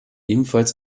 ebenfalls